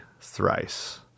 Thrice